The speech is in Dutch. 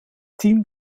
team